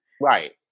Right